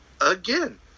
again